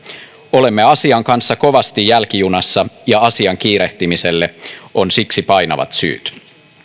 olemme asian kanssa kovasti jälkijunassa ja asian kiirehtimiselle on siksi painavat syyt